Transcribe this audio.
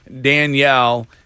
Danielle